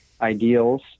ideals